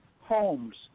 homes